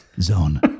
Zone